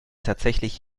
tatsächlich